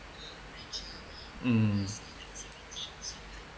um